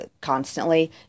constantly